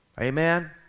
Amen